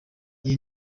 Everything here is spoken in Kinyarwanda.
iyi